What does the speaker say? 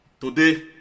Today